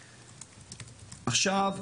עכשיו,